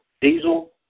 Diesel